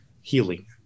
healing